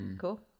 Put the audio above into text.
Cool